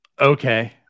Okay